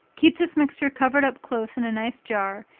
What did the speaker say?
keep this mixture covered up close in a nice jar,